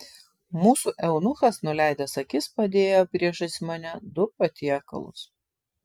mūsų eunuchas nuleidęs akis padėjo priešais mane du patiekalus